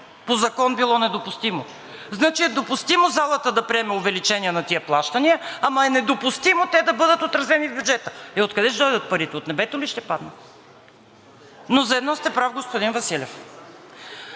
По закон било недопустимо. Значи е допустимо залата да приеме увеличение на тези плащания, ама е недопустимо те да бъдат отразени в бюджета. Е, откъде ще дойдат парите? От небето ли ще паднат? Но за едно сте прав, господин Василев,